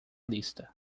lista